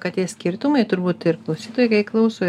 kad tie skirtumai turbūt ir klausytojai klauso